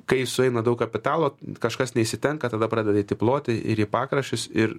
kai sueina daug kapitalo kažkas neišsitenka tada pradeda eit į ploti ir į pakraščius ir